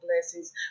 blessings